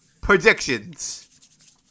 predictions